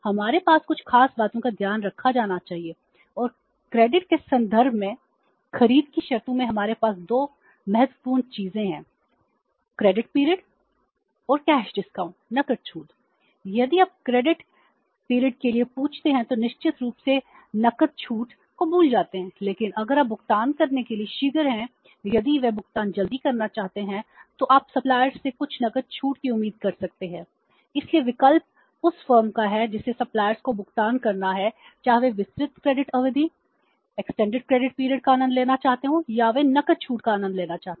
हमारे पास कुछ खास बातों का ध्यान रखा जाना चाहिए और क्रेडिट का आनंद लेना चाहते हैं या वे नकद छूट का आनंद लेना चाहते हैं